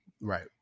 Right